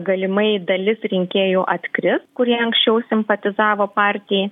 galimai dalis rinkėjų atkris kurie anksčiau simpatizavo partijai